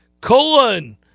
Colon